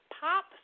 pop